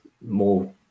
more